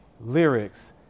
lyrics